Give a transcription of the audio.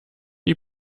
die